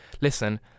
listen